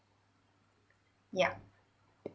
yeah